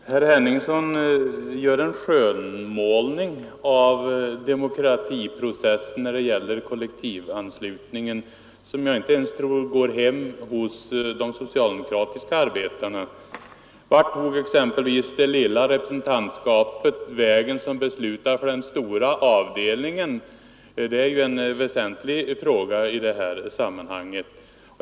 Fru talman! Herr Henningsson gör en skönmålning av demokratiprocessen när det gäller kollektivanslutningen som jag inte tror går hem ens hos de socialdemokratiska arbetarna. Vart tog exempelvis det lilla representantskapet vägen som beslutar för den stora avdelningen? Detta är ju en väsentlig fråga i det här sammanhanget.